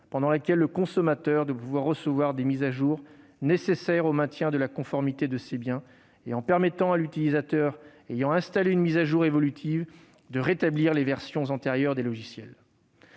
pendant laquelle le consommateur doit pouvoir recevoir des mises à jour nécessaires au maintien de la conformité de ses biens ; en permettant à l'utilisateur ayant installé une mise à jour évolutive de rétablir les versions antérieures des logiciels.